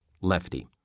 Lefty